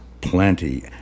Plenty